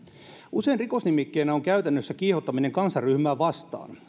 usein rikosnimikkeenä on käytännössä kiihottaminen kansanryhmää vastaan